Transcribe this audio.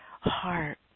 heart